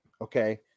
Okay